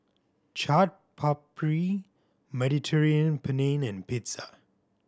Chaat Papri Mediterranean Penne and Pizza